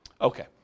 Okay